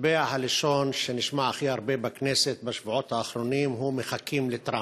מטבע הלשון שנשמע הכי הרבה בכנסת בשבועות האחרונים הוא: מחכים לטראמפ.